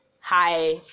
Hi